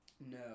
No